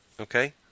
okay